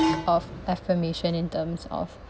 of reformation in terms of